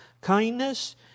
kindness